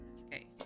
Okay